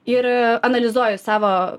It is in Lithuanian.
ir analizuoju savo